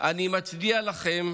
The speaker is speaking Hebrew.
אני מצדיע לכם.